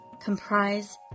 comprise